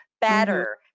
better